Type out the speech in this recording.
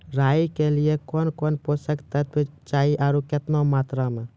राई के लिए कौन कौन पोसक तत्व चाहिए आरु केतना मात्रा मे?